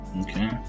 okay